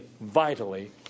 vitally